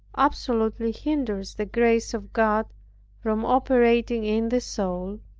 absolutely hinders the grace of god from operating in the soul.